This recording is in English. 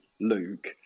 Luke